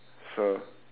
so